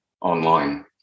online